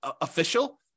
official